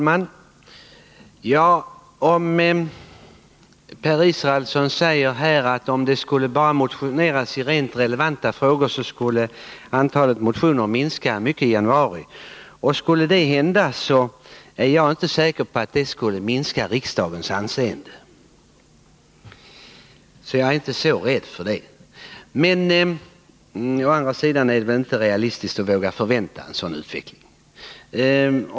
Herr talman! Per Israelsson säger att om man skulle underlåta att motionera i alla relevanta frågor som är under utredning, så skulle antalet motioner som väcks i januari minska kraftigt. Det skulle i så fall inte minska riksdagens anseende, så jag är inte så rädd för en sådan utveckling, men å andra sidan är det knappast realistiskt att förvänta sig att det skall bli så.